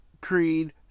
Creed